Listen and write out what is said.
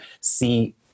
see